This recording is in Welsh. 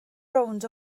rownd